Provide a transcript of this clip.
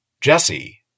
Jesse